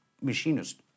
machinist